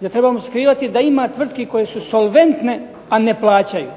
Zar trebamo skrivati da ima tvrtki koje su solventne a ne plaćaju